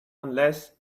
unless